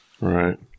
Right